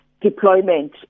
deployment